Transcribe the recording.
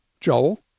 Joel